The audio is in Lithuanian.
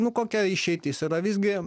nu kokia išeitis yra visgi